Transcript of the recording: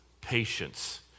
patience